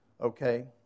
Okay